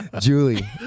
Julie